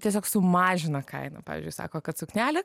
tiesiog sumažina kainą pavyzdžiui sako kad suknelė